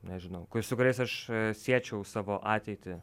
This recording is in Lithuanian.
nežinau su kuriais aš siečiau savo ateitį